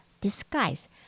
disguise